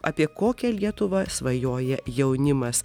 apie kokią lietuvą svajoja jaunimas